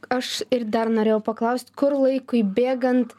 aš ir dar norėjau paklaust kur laikui bėgant